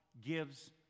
gives